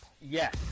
Yes